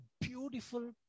beautiful